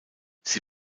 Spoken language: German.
sie